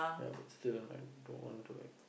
ya but still I'm like don't want to like